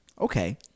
Okay